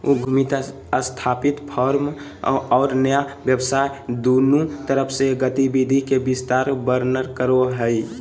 उद्यमिता स्थापित फर्म और नया व्यवसाय दुन्नु तरफ से गतिविधि के विस्तार वर्णन करो हइ